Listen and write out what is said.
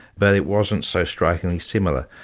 but it wasn't so strikingly similar.